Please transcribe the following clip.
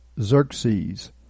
Xerxes